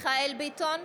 (קוראת בשמות חברי הכנסת) מיכאל מרדכי ביטון,